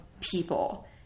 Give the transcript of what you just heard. people